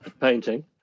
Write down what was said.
painting